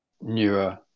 newer